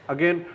Again